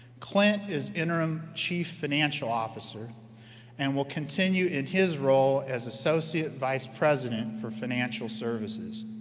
clint is interim chief financial officer and will continue in his role as associate vice president for financial services.